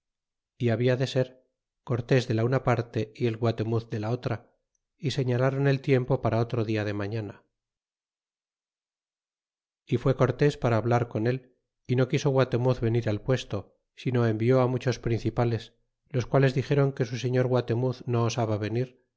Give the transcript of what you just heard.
y habia de ser cortes de la una parte y el guatemuz deja otra y señalaron el tiempo para otro dia de mañana y fue cortés para hablar con él y no quiso guatemuz ventral puesto sino envió muchos principales los quales dixéron que su señor guaternuz no osaba venir